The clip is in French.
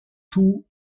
tout